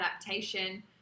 adaptation